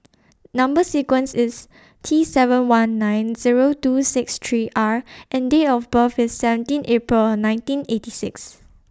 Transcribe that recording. Number sequence IS T seven one nine Zero two six three R and Date of birth IS seventeen April nineteen eighty six